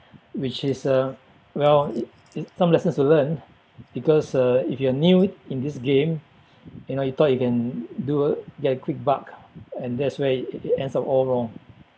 which is uh well it it some lessons to learn because uh if you're new in this game you know you thought you can do get a quick buck and that's where it ends up all wrong